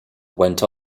went